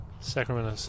Sacramento